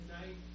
tonight